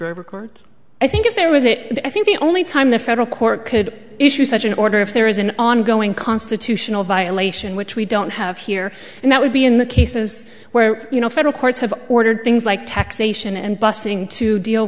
issue i think if there was it i think the only time the federal court could issue such an order if there is an ongoing constitutional violation which we don't have here and that would be in the cases where you know federal courts have ordered things like taxation and busing to deal